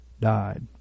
died